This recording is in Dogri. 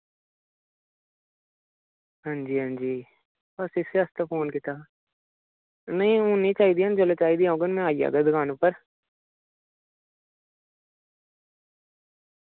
हांजी हांजी बस इसी आस्तै फोन कीता हा नेईं हु'न नि चाहिदियां न जिल्लै चाहिदियां होङन मैं आई जाह्गा दुकान उप्पर